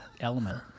element